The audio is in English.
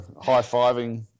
high-fiving